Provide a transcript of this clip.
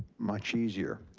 much easier.